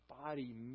body